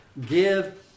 Give